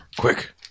Quick